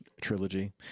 trilogy